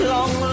long